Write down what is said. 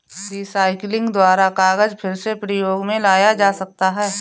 recycling द्वारा कागज फिर से प्रयोग मे लाया जा सकता है